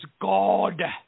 God